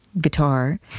Guitar